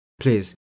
please